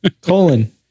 colon